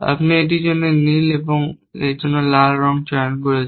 আপনি এটির জন্য নীল এবং এর জন্য লাল চয়ন করেছেন